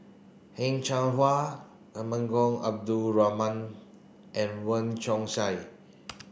Heng Cheng Hwa Temenggong Abdul Rahman and Wong Chong Sai